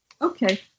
Okay